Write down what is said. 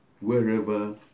wherever